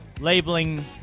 labeling